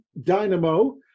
Dynamo